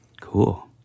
Cool